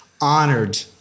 honored